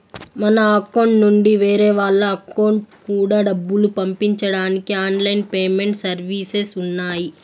మన అకౌంట్ నుండి వేరే వాళ్ళ అకౌంట్ కూడా డబ్బులు పంపించడానికి ఆన్ లైన్ పేమెంట్ సర్వీసెస్ ఉన్నాయి